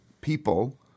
people